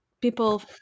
People